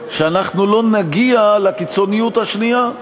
שאנחנו לא נגיע לקיצוניות השנייה,